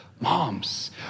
Moms